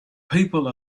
people